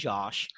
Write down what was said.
Josh